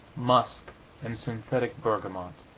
musk and synthetic bergamot.